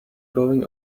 going